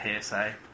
PSA